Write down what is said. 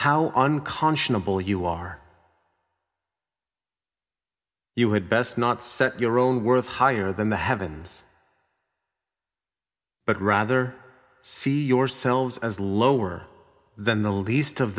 how unconscionable you are you had best not set your own worth higher than the heavens but rather see yourselves as lower than the least of